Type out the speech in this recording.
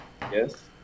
Yes